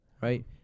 right